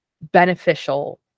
beneficial